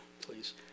please